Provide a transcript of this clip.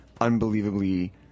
unbelievably